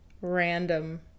random